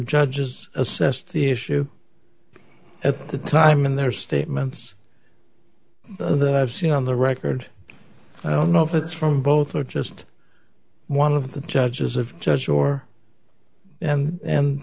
judges assessed the issue at the time in their statements that i've seen on the record i don't know if it's from both or just one of the judges of judge or and